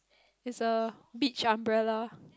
is a beach umbrella